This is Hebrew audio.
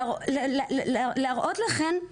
להראות לכן.